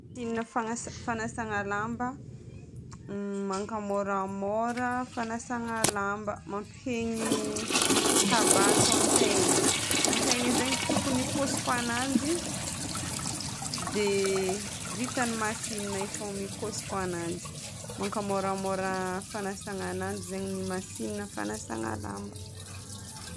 Milina fagnasa- fagnasana lamba: mankamôramôra fagnasana lamba. Mampihegny taba ataon-tegna. Antegna zegny tokony hikosoko ananjy dia vitan'ny masinina io fôgna mikosoko ananjy. Makamôramôra fagnasana ananjy zegny ny masinina fagnasana lamba.